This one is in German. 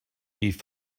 rief